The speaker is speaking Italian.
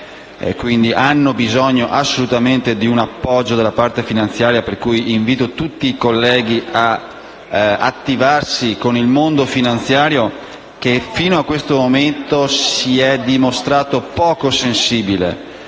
corposi c'è bisogno assolutamente di un appoggio dal lato finanziario e, pertanto, invito tutti i colleghi ad attivarsi con il mondo finanziario, che fino a questo momento si è dimostrato poco sensibile.